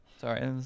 Sorry